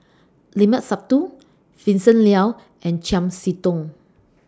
Limat Sabtu Vincent Leow and Chiam See Tong